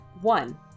one